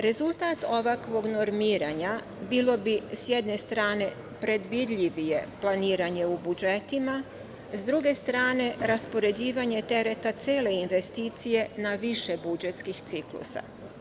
Rezultat ovakvog normiranja bilo bi, s jedne strane, predvidljivije planiranje u budžetima, s druge strane raspoređivanje tereta cele investicije na više budžetskih ciklusa.